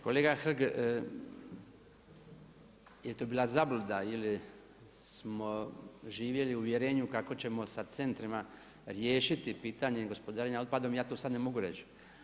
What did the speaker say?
Kolega Hrg, je li to bila zabluda ili smo živjeli u uvjerenju kako ćemo sa centrima riješiti pitanje gospodarenja otpadom ja to sad ne mogu reći.